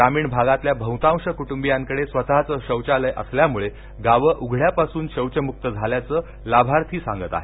ग्रामीण भागातल्या बहतांश कुट्बियांकड स्वतच शौचालय असल्यामुळे गावं उघड्यापासून शौचमुक्त झाल्याचं लाभार्थी सांगत आहेत